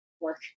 work